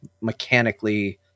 mechanically